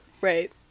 Right